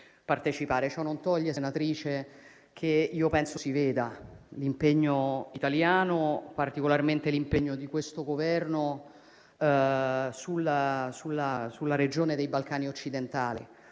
Ciò non toglie, senatrice, che io penso che si veda l'impegno italiano, e particolarmente di questo Governo, sulla regione dei Balcani occidentali.